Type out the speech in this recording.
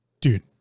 dude